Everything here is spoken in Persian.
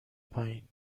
پایین